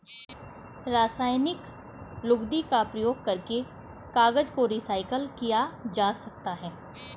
रासायनिक लुगदी का प्रयोग करके कागज को रीसाइकल किया जा सकता है